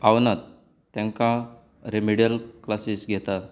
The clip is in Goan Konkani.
पावनात तांकां रेमेडियल क्लासीस घेतां